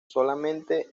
solamente